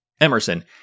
Emerson